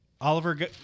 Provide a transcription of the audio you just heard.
Oliver